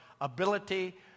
ability